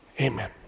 amen